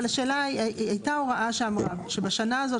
הייתה הוראה שאמרה שבשנה הזאת,